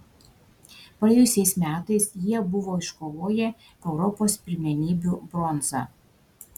praėjusiais metais jie buvo iškovoję europos pirmenybių bronzą